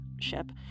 ship